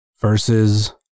versus